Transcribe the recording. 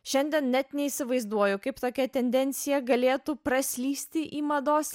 šiandien net neįsivaizduoju kaip tokia tendencija galėtų praslysti į mados